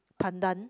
Pandan